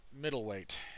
Middleweight